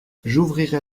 j’ouvrirai